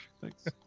Thanks